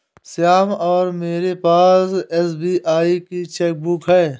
श्याम और मेरे पास एस.बी.आई की चैक बुक है